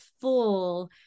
full